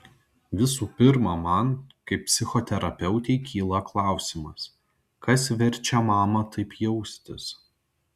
visų pirma man kaip psichoterapeutei kyla klausimas kas verčia mamą taip jaustis